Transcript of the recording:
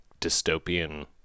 dystopian